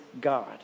God